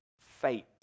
fate